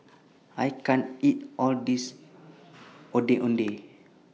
I can't eat All This Ondeh Ondeh